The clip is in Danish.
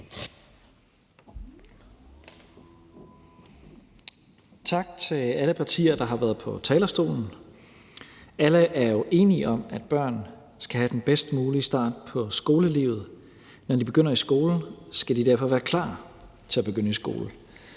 Tak til alle partier, der har været på talerstolen. Alle er jo enige om, at børn skal have den bedst mulige start på skolelivet. Når de begynder i skole, skal de derfor være klar til at begynde i skole.